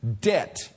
debt